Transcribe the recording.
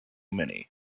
many